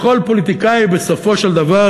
כל פוליטיקאי בסופו של דבר,